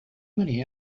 many